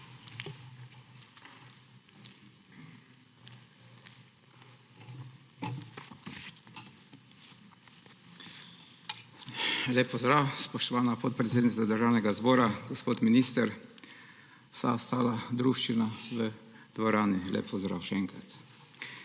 Lep pozdrav, spoštovana podpredsednica Državnega zbora! Gospod minister, vsa ostala druščina v dvorani, lep pozdrav še enkrat!